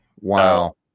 Wow